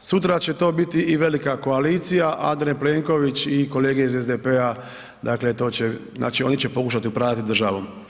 sutra će to biti i velika koalicija Andrej Plenković i kolege iz SDP-a, dakle to će, znači oni će pokušati upravljati državom.